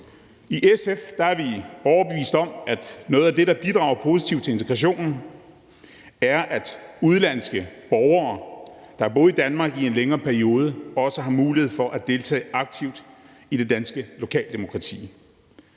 I SF er vi overbevist om, at noget af det, der bidrager positivt til integrationen, er, at udenlandske borgere, der har boet i Danmark i en længere periode, også har mulighed for at deltage aktivt i det danske lokaldemokrati.